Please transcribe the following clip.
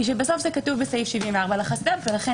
היא שבסוף זה כתוב בסעיף 74 לחסד"פ ולכן